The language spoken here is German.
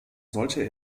solche